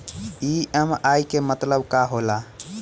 EMI के मतलब का होला?